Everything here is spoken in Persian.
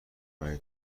مگه